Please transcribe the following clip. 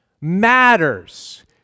matters